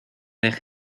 dejé